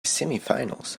semifinals